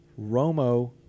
Romo